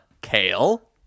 kale